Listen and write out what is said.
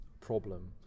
problem